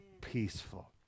peaceful